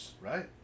Right